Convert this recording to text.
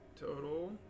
total